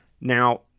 Now